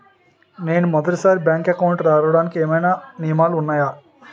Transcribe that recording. నేను మొదటి సారి బ్యాంక్ అకౌంట్ తెరవడానికి ఏమైనా నియమాలు వున్నాయా?